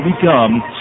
become